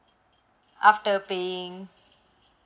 after paying